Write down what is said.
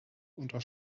unter